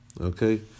okay